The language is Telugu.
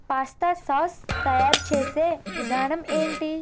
పాస్తా సాస్ తయారు చేసే విధానం ఏంటి